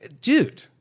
dude